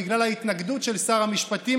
בגלל ההתנגדות של שר המשפטים,